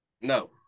No